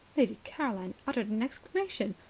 lady caroline uttered an exclamation.